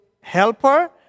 helper